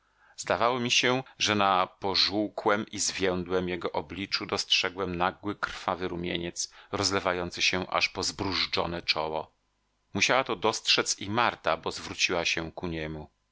zdawało mi się że na pożółkłem i zwiędłem jego obliczu dostrzegłem nagły krwawy rumieniec rozlewający się aż po zbrużdżone czoło musiała to dostrzec i marta bo zwróciła się ku niemu